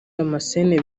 damascene